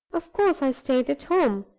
of course i stayed at home.